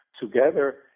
together